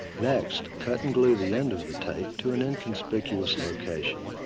next, cut and glue the end of the tape to an inconspicuous location.